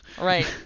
right